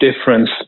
difference